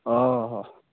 ହଉ ହଉ